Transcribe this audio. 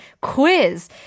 quiz